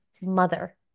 mother